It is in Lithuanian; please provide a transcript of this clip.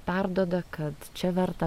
perduoda kad čia verta